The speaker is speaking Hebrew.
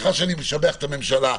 סליחה שאני משבח את הממשלה,